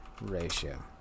Ratio